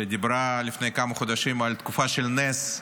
שדיברה לפני כמה חודשים על תקופה של נס,